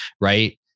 right